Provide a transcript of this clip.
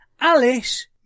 Alice